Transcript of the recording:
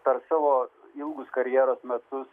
per savo ilgus karjeros metus